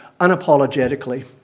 unapologetically